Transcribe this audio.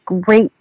great